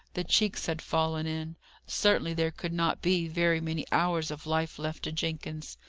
the cheeks had fallen in certainly there could not be very many hours of life left to jenkins.